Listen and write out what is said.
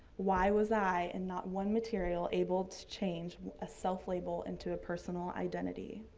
why was i in not one material able to change a self-label into a personal identity?